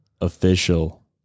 Official